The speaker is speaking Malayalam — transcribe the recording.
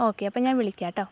ഓക്കേ അപ്പം ഞാൻ വിളിക്കാം കേട്ടോ